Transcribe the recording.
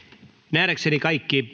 nähdäkseni kaikki